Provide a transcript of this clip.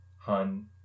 hun